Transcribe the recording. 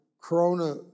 Corona